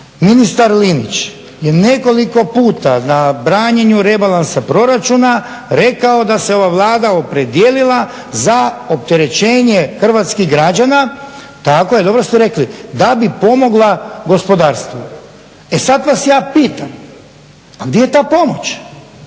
ministar Linić je nekoliko puta na branjenju rebalansa proračuna rekao da se ova Vlada opredijelila za opterećenje hrvatskih građana, tako je, dobro ste rekli, da bi pomogla gospodarstvu. E sad vas ja pitam a gdje je ta pomoć,